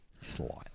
Slightly